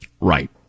Right